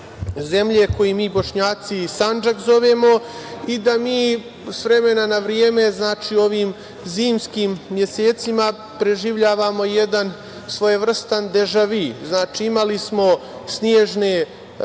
zemlje koji mi Bošnjaci Sandžak zovemo, i da mi s vremena na vreme, znači, u ovim zimskim mesecima preživljavamo i jedan svojevrstan dežavi. Znači, imali smo snežne